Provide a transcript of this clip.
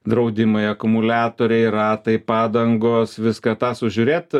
draudimai akumuliatoriai ratai padangos viską tą sužiūrėt